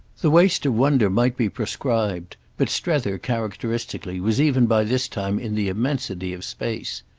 the waste of wonder might be proscribed but strether, characteristically, was even by this time in the immensity of space.